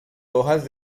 hojas